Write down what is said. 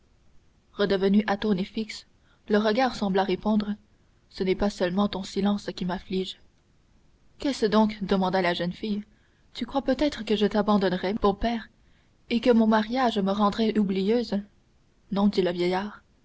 redevenu fixe et atone le regard sembla répondre ce n'est pas seulement ton silence qui m'afflige qu'est-ce donc demanda la jeune fille tu crois peut-être que je t'abandonnerais bon père et que mon mariage me rendrait oublieuse non dit le vieillard